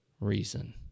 reason